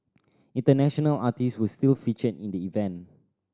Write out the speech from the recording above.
international artist will still feature in the event